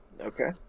Okay